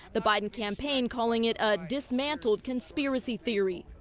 the biden campaign calling it a dismantling conspiracy theory.